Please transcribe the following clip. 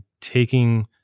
taking